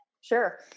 Sure